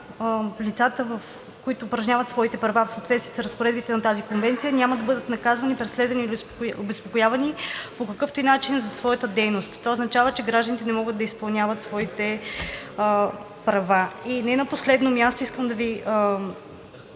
лицата, които упражняват своите права в съответствие с разпоредбите на тази конвенция, няма да бъдат наказвани, преследвани или обезпокоявани по какъвто и да е начин за своята дейност. Това означава, че гражданите не могат да изпълняват своите права. Не на последно място искам да Ви